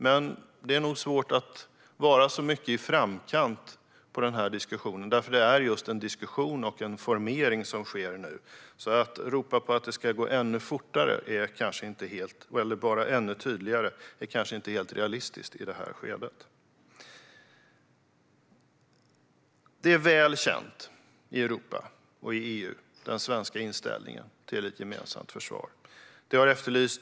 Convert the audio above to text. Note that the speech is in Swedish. Men det är svårt att vara i framkant i denna diskussion eftersom det är just en diskussion och en formering som sker nu. Att då ropa på att allt ska gå fortare och vara tydligare är inte helt realistiskt i detta skede. Den svenska inställningen till ett gemensamt försvar är väl känd i Europa och EU.